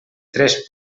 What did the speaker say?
tres